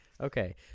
Okay